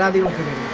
ah the remedy